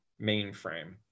mainframe